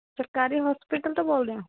ਸਰਕਾਰੀ ਹੋਸਪੀਟਲ ਤੋਂ ਬੋਲਦੇ ਆ